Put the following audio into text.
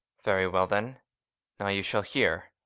very well, then now you shall hear